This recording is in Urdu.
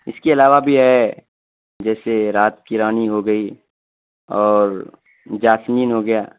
اس کے علاوہ بھی ہے جیسے رات کی رانی ہو گئی اور جاسمین ہو گیا